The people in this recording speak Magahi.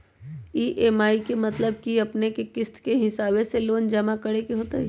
ई.एम.आई के मतलब है कि अपने के किस्त के हिसाब से लोन जमा करे के होतेई?